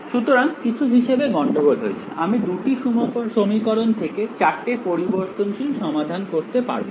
সুতরাং কিছু হিসেবে গন্ডগোল হয়েছে আমি দুটি সমীকরণ থেকে চারটে পরিবর্তনশীল সমাধান করতে পারব না